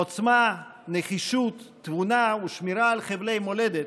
עוצמה, נחישות, תבונה ושמירה על חבלי מולדת,